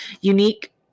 Unique